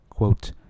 Quote